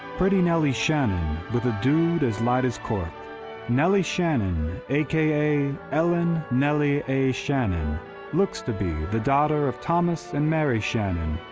pretty nellie shannon with a dude as light as cork nellie shannon aka ellen nellie a. shannon looks to be the daughter of thomas and mary shannon,